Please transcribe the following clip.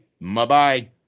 Bye-bye